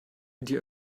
die